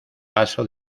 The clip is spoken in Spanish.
paso